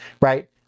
right